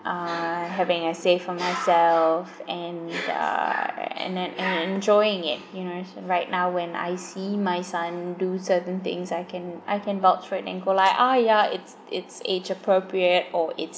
uh having a save for myself and uh and and and enjoying it you know right now when I see my son do certain things I can I can vouch for it and go like !aiya! it's it's age-appropriate or it's